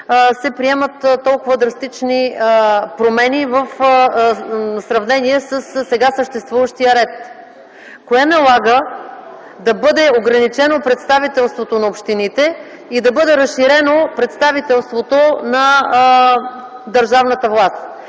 се приемат толкова драстични промени в сравнение със сега съществуващия ред? Кое налага да бъде ограничено представителството на общините и да бъде разширено представителството на държавната власт?